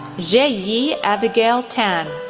sze-yee abigail tan,